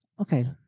okay